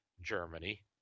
Germany